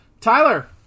Tyler